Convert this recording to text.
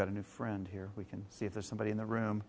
got a new friend here we can see if there's somebody in the room